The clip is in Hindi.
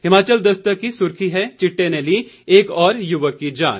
हिमाचल दस्तक की सुर्खी है चीट्टे ने ली एक और युवक की जान